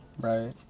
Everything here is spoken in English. Right